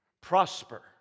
Prosper